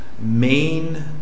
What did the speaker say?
main